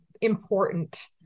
important